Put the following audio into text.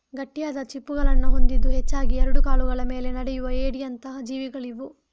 ಗಟ್ಟಿಯಾದ ಚಿಪ್ಪುಗಳನ್ನ ಹೊಂದಿದ್ದು ಹೆಚ್ಚಾಗಿ ಎರಡು ಕಾಲುಗಳ ಮೇಲೆ ನಡೆಯುವ ಏಡಿಯಂತ ಜೀವಿಗಳಿವು